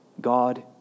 God